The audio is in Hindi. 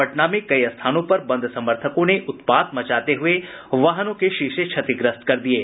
पटना में कई स्थानों पर बंद समर्थकों ने उत्पात मचाते हुए वाहनों के शीशे क्षतिग्रस्त कर दिये